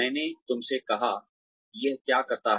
मैंने तुमसे कहा यह क्या करता है